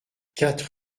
quatre